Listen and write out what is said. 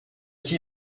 qui